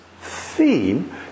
theme